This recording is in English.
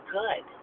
good